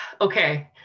okay